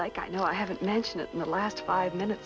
like i know i haven't mentioned it in the last five minutes